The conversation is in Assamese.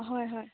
হয় হয়